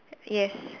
yes